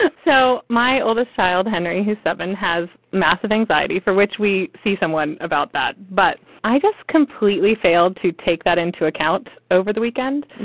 ah so my oldest child, henry, who's seven, have massive anxiety for which we see someone about that. but i just completely failed to take that into account. over the weekend,